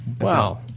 Wow